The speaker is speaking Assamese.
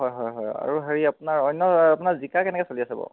হয় হয় হয় আৰু হেৰি আপোনাৰ অন্য আপোনাৰ জিকা কেনেকৈ চলি আছে বাৰু